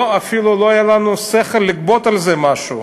אפילו לא היה לנו שכל לגבות על זה משהו.